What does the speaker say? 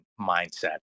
mindset